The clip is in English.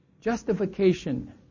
Justification